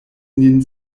nin